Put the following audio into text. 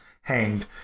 hanged